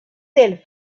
del